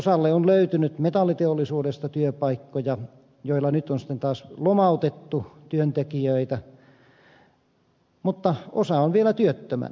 osalle on löytynyt metalliteollisuudesta työpaikkoja joista nyt on sitten taas lomautettu työntekijöitä mutta osa on vielä työttömänä